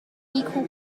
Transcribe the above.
equal